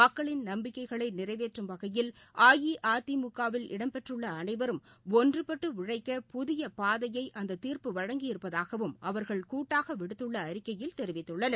மக்களின் நம்பிக்கைகளை நிறைவேற்றும் வகையில் அஇஅதிமுகவில் இடம்பெற்றுள்ள அளைவரும் ஒன்றுபட்டு உழைக்க புதிய பாதையை அந்த தீர்ப்பு வழங்கியிருப்பதாகவும் அவர்கள் கூட்டாக விடுத்துள்ள அறிக்கையில் தெரிவித்துள்ளனர்